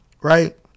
Right